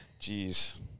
Jeez